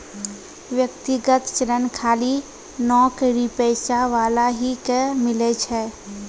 व्यक्तिगत ऋण खाली नौकरीपेशा वाला ही के मिलै छै?